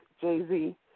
Jay-Z